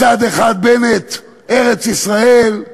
מצד אחד, בנט, ארץ-ישראל.